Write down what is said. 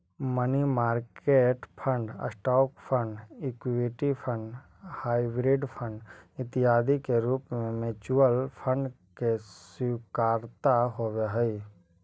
money market fund, stock fund, equity fund, hybrid fund इत्यादि के रूप में म्यूचुअल फंड के स्वीकार्यता होवऽ हई